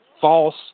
false